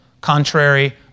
Contrary